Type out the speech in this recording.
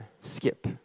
skip